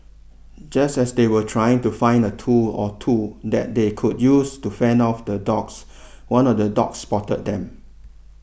just as they were trying to find a tool or two that they could use to fend off the dogs one of the dogs spotted them